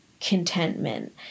contentment